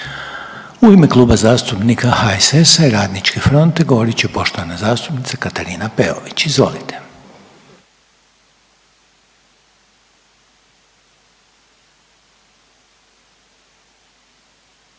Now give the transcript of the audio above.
U ime Kluba zastupnika HSS-a i Radničke fronte govorit će poštovana zastupnica Katarina Peović. Izvolite.